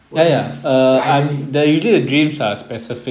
what do you mean okay irony